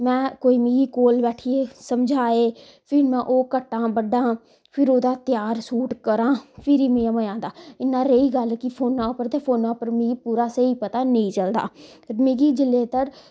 कोई मिगी कोल बैठिए समझाए फिर में ओह् कट्टां बड्ढां फिर ओह्दा तैयार सूट करां फिर मिगी बड़़ा मजा आंदा इयां रेही गल्ल कि फोना पर ते फोना पर मिगी पूरा स्हेई पता नेई चलदा मिगी जिल्ले तर